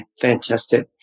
fantastic